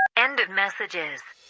end of messages